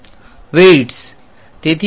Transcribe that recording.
વિદ્યાર્થી વેઈટ્સ